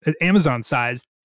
Amazon-sized